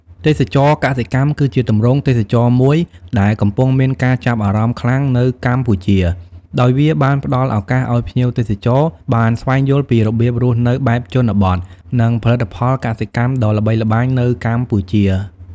ទេសចរណ៍កសិកម្មគឺជាទម្រង់ទេសចរណ៍មួយដែលកំពុងមានការចាប់អារម្មណ៍ខ្លាំងនៅកម្ពុជា ដោយវាបានផ្ដល់ឱកាសឱ្យភ្ញៀវទេសចរបានស្វែងយល់ពីរបៀបរស់នៅបែបជនបទ និងផលិតផលកសិកម្មដ៏ល្បីល្បាញនៅកម្ពុជា ។